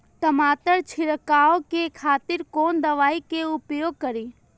टमाटर छीरकाउ के खातिर कोन दवाई के उपयोग करी?